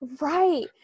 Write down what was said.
Right